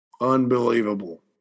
unbelievable